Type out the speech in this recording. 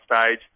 stage